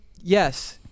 yes